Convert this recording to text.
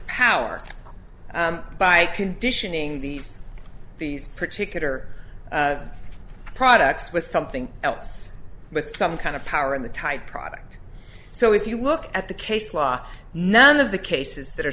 power by conditioning these particular products with something else with some kind of power in the type product so if you look at the case law none of the cases that are